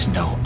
no